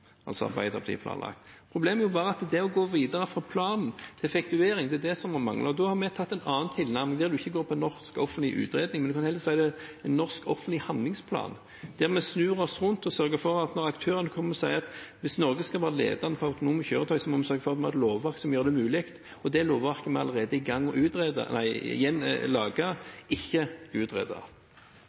altså Arbeiderpartiet, planlagt. Problemet er bare at det å gå videre fra planen – effektuering – det mangler. Da har vi hatt en annen tilnærming, der vi ikke går for en norsk offentlig utredning, men en kan heller si det er en norsk offentlig handlingsplan, der vi snur oss rundt og sørger for at når aktørene kommer og sier at hvis Norge skal være ledende på autonome kjøretøy, må vi sørge for at vi har et lovverk som gjør det mulig – da er vi allerede i gang med å lage, ikke utrede,